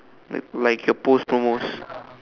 like like your post promos